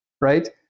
right